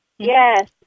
Yes